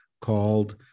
called